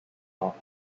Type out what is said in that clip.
off